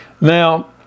Now